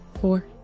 four